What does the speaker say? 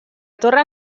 torre